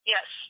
Yes